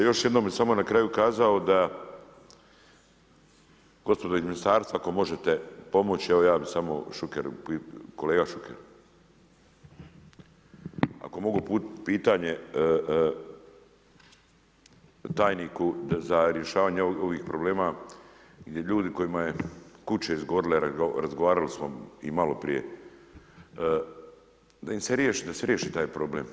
Još jednom bi samo na kraju kazao, da gospodo iz ministarstva, ako možete pomoći, ja bi samo Šukeru, kolega Šuker, ako mogu uputiti pitanje, tajniku za rješavanje ovih problema i ljudima kojima su kuće izgorile, razgovarali smo i maloprije, da se riješi taj problem.